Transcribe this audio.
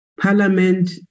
parliament